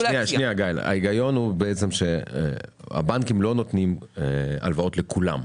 ההיגיון הוא שהבנקים לא נותנים הלוואות לכולם.